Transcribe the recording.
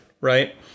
right